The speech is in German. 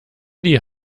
die